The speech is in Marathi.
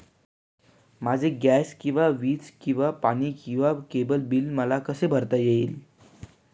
माझे गॅस किंवा वीज किंवा पाणी किंवा केबल बिल मला कसे भरता येईल?